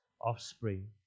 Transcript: offspring